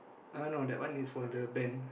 uh no that one is for the band